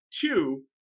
two